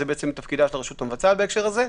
זה תפקידה של הרשות המבצעת בהקשר הזה,